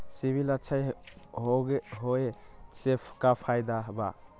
CIBIL अच्छा होऐ से का फायदा बा?